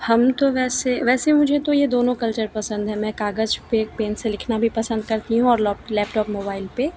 हम तो वैसे वैसे मुझे तो यह दोनों कल्चर पसंद हैं मैं कागज़ पर पेन से लिखना भी पसंद करती हूँ और लेपटॉप मोबाइल पर